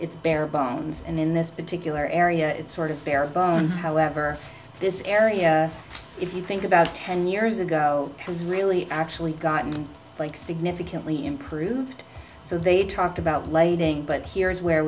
it's bare bones and in this particular area it's sort of bare bones however this area if you think about ten years ago has really actually gotten significantly improved so they talked about lighting but here is where